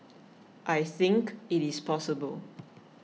I think it is possible